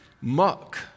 muck